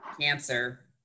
cancer